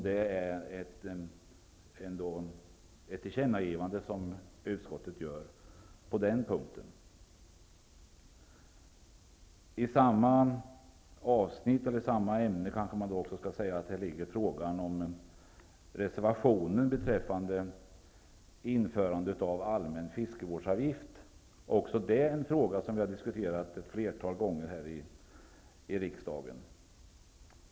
Det är ett tillkännagivande som utskottet gör på den punkten. Till samma ämne hör reservationen beträffande införande av allmän fiskevårdsavgift. Det är också en fråga som vi har diskuterat ett flertal gånger här i riksdagen.